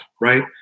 right